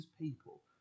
people